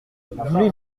voulez